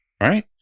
right